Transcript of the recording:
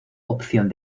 opción